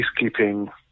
peacekeeping